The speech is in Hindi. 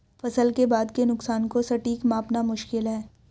फसल के बाद के नुकसान को सटीक मापना मुश्किल है